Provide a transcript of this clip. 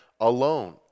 alone